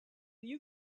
you